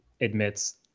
admits